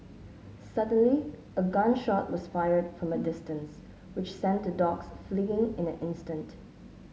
suddenly a gun shot was fired from a distance which sent the dogs fleeing in an instant